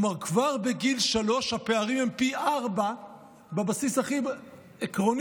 כלומר כבר בגיל שלוש הפערים הם פי ארבעה בבסיס הכי עקרוני,